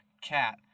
cat